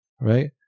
right